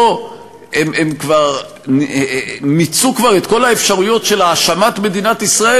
שכבר מיצו את כל האפשרויות של האשמת מדינת ישראל,